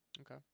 Okay